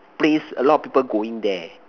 place a lot of people going there